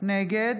נגד